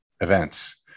events